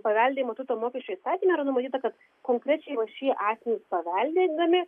paveldėjimo turto mokesčio įstatyme numatyta kad konkrečiai va šie asmenys paveldėdami